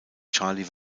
charlie